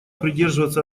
придерживаться